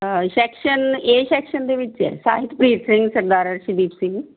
section A section ਦੇ ਵਿੱਚ ਹੈ ਸਾਹਿਤਪ੍ਰੀਤ ਸਿੰਘ ਸਰਦਾਰ ਅਰਸ਼ਦੀਪ ਸਿੰਘ